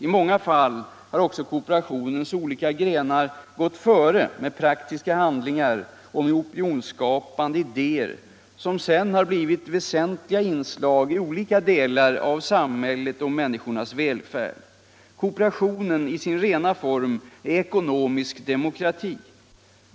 I många fall har också kooperationens olika grenar gått före med praktiska handlingar och med opinionsskapande idéer, som sedan har blivit väsentliga inslag i olika delar av samhället och människornas välfärd. Kooperationen i sin rena form är ekonomisk demokrati.